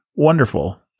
Wonderful